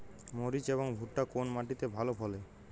মরিচ এবং ভুট্টা কোন মাটি তে ভালো ফলে?